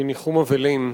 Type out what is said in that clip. מניחום אבלים,